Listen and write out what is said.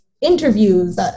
interviews